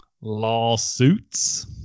Lawsuits